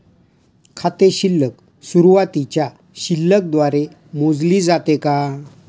खाते शिल्लक सुरुवातीच्या शिल्लक द्वारे मोजले जाते का?